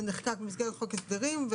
הוא נחקק במסגרת חוק ההסדרים.